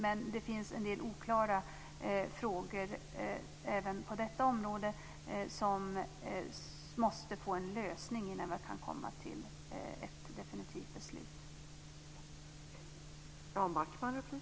Men det finns en del oklara frågor även på detta område som måste få en lösning innan vi kan komma fram till ett definitivt beslut.